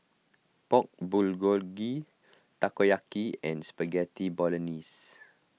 Pork Bulgogi Takoyaki and Spaghetti Bolognese